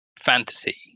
fantasy